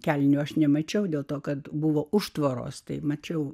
kelnių aš nemačiau dėl to kad buvo užtvaros tai mačiau